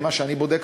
ממה שאני בודק,